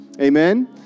Amen